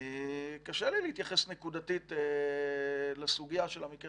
קשה לי להתייחס נקודתית לסוגיה של המקרה